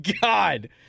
God